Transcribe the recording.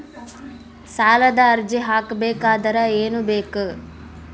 ಸಾಲದ ಅರ್ಜಿ ಹಾಕಬೇಕಾದರೆ ಏನು ಬೇಕು?